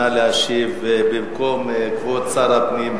נא להשיב במקום כבוד שר הפנים.